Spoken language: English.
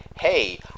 Hey